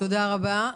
תודה רבה.